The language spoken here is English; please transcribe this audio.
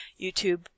youtube